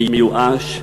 מיואש,